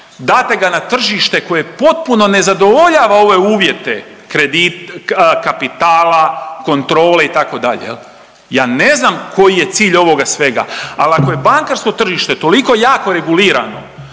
date ga na tržište koje potpuno ne zadovoljava ove uvjete kapitala, kontrole itd. Ja ne znam koji je cilj ovoga svega, ali ako je bankarsko tržište toliko jako regulirano